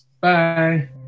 Bye